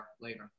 later